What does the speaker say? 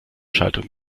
schaltung